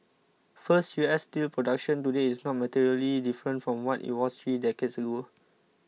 first U S steel production today is not materially different from what it was three decades ago